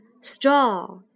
straw